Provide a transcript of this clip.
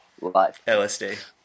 LSD